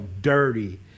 dirty